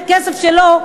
מהכסף שלו,